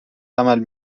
عمل